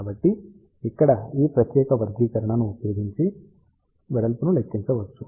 కాబట్టి ఇక్కడ ఈ ప్రత్యేక వ్యక్తీకరణను ఉపయోగించి వెడల్పును లెక్కించవచ్చు